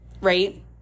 right